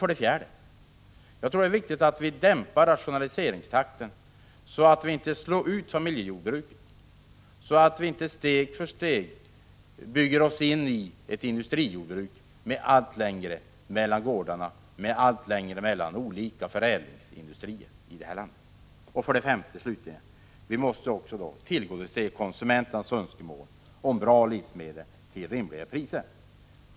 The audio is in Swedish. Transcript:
För det fjärde: Jag tror att det är viktigt att vi dämpar rationaliseringstakten så att vi inte slår ut familjejordbruken och så att vi inte steg för steg bygger oss in i ett industrijordbruk med allt längre mellan gårdarna och med allt längre mellan olika förädlingsindustrier i det här landet. För det femte: Slutligen måste vi också tillgodose konsumenternas önskemål om bra livsmedel till rimliga priser.